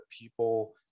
people